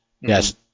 Yes